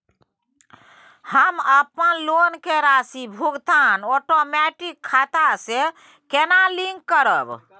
हम अपन लोन के राशि भुगतान ओटोमेटिक खाता से केना लिंक करब?